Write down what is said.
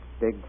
Big